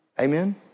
Amen